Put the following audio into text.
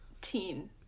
teen